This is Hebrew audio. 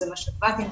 אם זה משאבת אינסולין,